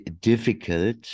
difficult